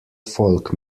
folk